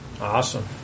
Awesome